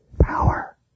power